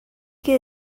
que